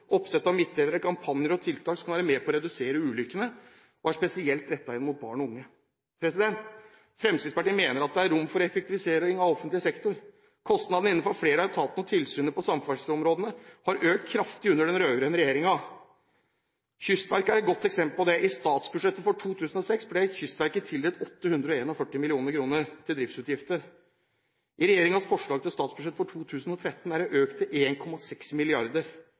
sette opp midtdelere og til kampanjer og tiltak som kan være med på å redusere ulykkene, og som er spesielt rettet inn mot barn og unge. Fremskrittspartiet mener det er rom for effektivisering av offentlig sektor. Kostnadene innenfor flere av etatene og tilsynene på samferdselsområdet har økt kraftig under den rød-grønne regjeringen. Kystverket er et godt eksempel på det: I statsbudsjettet for 2006 ble Kystverket tildelt 841 mill. kr til driftsutgifter. I regjeringens forslag til statsbudsjett for 2013 er dette økt til